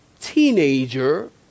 teenager